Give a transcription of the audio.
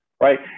right